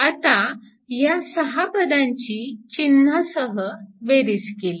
आता या सहा पदांची चिन्हासह बेरीज केली